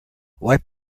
wipe